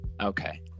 Okay